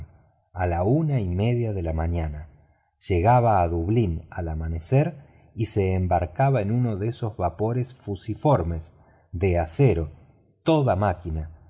a la una y media de la mañana llegaba a dublín al amanecer y se embarcaba en uno de esos vapores fusiformes de acero todo máquina